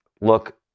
look